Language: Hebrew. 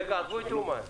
עזבו את אומן.